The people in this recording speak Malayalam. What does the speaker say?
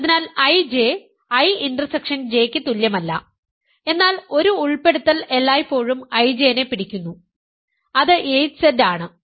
അതിനാൽ IJ I ഇന്റർസെക്ഷൻ J യ്ക്ക് തുല്യമല്ല എന്നാൽ ഒരു ഉൾപ്പെടുത്തൽ എല്ലായ്പ്പോഴും IJ നെ പിടിക്കുന്നു അത് 8Z ആണ്